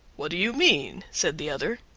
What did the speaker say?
what do you mean, said the other,